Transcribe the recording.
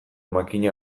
makina